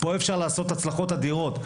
פה אפשר לעשות הצלחות אדירות.